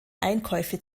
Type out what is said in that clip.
einkäufe